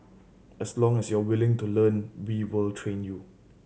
as long as you're willing to learn we will train you